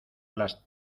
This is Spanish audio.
las